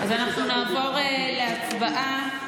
אנחנו נעבור להצבעה.